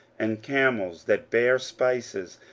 and camels that bare spices,